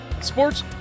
sports